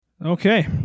Okay